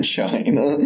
China